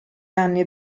anni